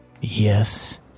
yes